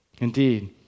Indeed